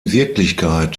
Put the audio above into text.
wirklichkeit